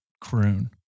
croon